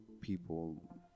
people